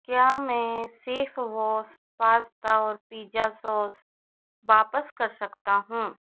क्या मैं सेफवोस पास्ता और पिज़्ज़ा सॉस वापस कर सकता हूँ